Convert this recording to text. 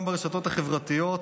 גם ברשתות החברתיות.